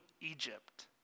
Egypt